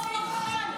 הלך כמו ברחן.